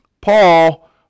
Paul